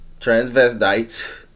Transvestites